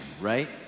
right